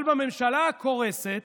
אבל בממשלה הקורסת,